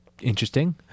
Interesting